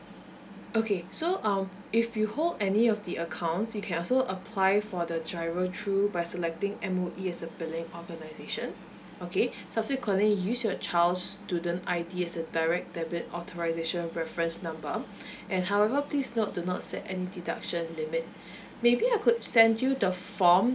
okay so um if you hold any of the accounts you can also apply for the giro through by selecting M_O_E as a billing organisation okay subsequently use your child student I_D as a direct debit authorisation reference number and however please note do not set any deduction limit maybe I could send you the form